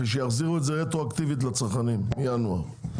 שיחזירו את זה רטרואקטיבית לצרכנים מינואר.